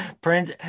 Prince